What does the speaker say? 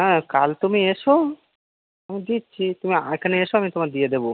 হ্যাঁ কাল তুমি এসো আমি দিচ্ছি তুমি এখানে এসো আমি তোমায় দিয়ে দেবো